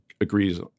agrees